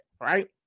right